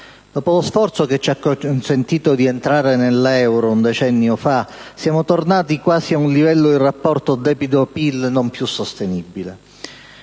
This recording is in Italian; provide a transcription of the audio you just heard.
Dopo lo sforzo che ci ha consentito di entrare nell'euro un decennio fa, siamo tornati ad un livello del rapporto tra debito e PIL non più sostenibile.